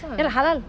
ya halal